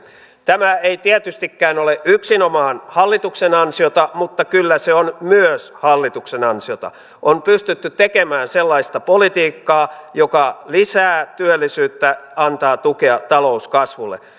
tämä ei tietystikään ole yksinomaan hallituksen ansiota mutta kyllä se on myös hallituksen ansiota on pystytty tekemään sellaista politiikkaa joka lisää työllisyyttä antaa tukea talouskasvulle